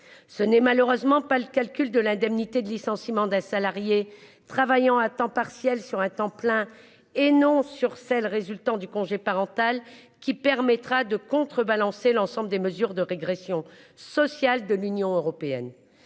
Ce n'est malheureusement pas le calcul de l'indemnité de licenciement des salariés travaillant à temps partiel sur un temps plein et non sur celle résultant du congé parental qui permettra de contrebalancer l'ensemble des mesures de régression sociale de l'Union européenne